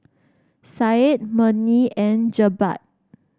Syed Murni and Jebat